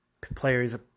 Players